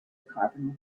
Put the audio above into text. carbonyl